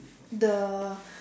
the